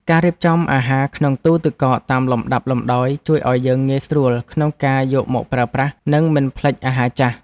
ការរៀបចំអាហារក្នុងទូរទឹកកកតាមលំដាប់លំដោយ ជួយឱ្យយើងងាយស្រួលក្នុងការយកមកប្រើប្រាស់និងមិនភ្លេចអាហារចាស់។